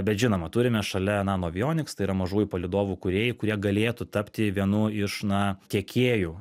bet žinoma turime šalia nanoavionics tai yra mažųjų palydovų kūrėjai kurie galėtų tapti vienu iš na tiekėjų